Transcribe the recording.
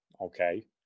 okay